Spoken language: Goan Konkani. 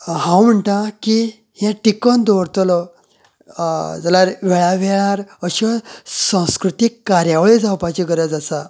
हांव म्हणटां की हे टिकोवन दवरतलो जाल्यार वेळावेळार अशे संस्कृतीक कार्यावळी जावपाची गरज आसा